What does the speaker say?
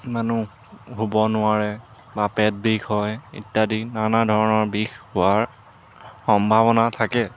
মানুহ শুব নোৱাৰে বা পেট বিষ হয় ইত্যাদি নানা ধৰণৰ বিষ হোৱাৰ সম্ভাৱনা থাকে